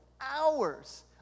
hours